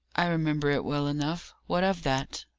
i remember it well enough. what of that?